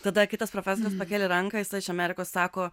tada kitas profesorius pakėlė ranką jisai iš amerikos sako